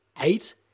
eight